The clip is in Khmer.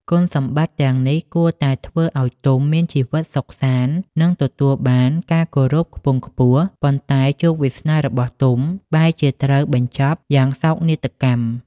គុណសម្បត្តិទាំងនេះគួរតែធ្វើឲ្យទុំមានជីវិតសុខសាន្ត និងទទួលបានការគោរពខ្ពង់ខ្ពស់ ប៉ុន្តែជោគវាសនារបស់ទុំបែរជាត្រូវបញ្ចប់យ៉ាងសោកនាដកម្ម។